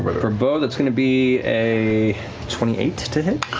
but for beau, that's going to be a twenty eight to hit.